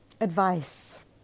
advice